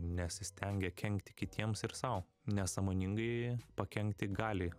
nesistengia kenkti kitiems ir sau nesąmoningai pakenkti gali